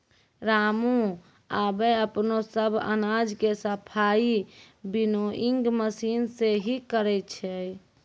रामू आबॅ अपनो सब अनाज के सफाई विनोइंग मशीन सॅ हीं करै छै